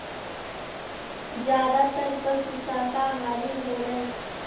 जादातर पसु साकाहारी होलन